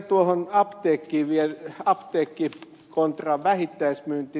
vielä tuohon asiaan apteekki kontra vähittäismyynti